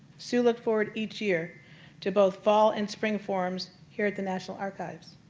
sue looked forward each year to both fall and spring forums here at the national archives.